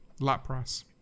Lapras